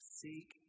seek